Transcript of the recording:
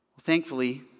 Thankfully